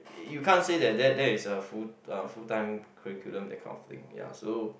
you can't say that that that is a full uh full time curriculum that kind of thing ya so